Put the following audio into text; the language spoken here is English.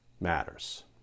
matters